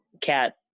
cat